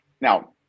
now